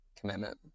commitment